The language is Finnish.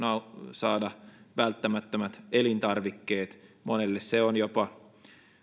saada välttämättömät elintarvikkeet monelle se on jopa